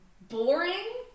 boring